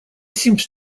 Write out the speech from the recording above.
seems